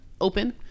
open